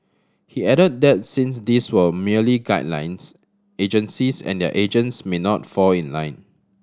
he added that since these were merely guidelines agencies and their agents may not fall in line